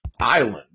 island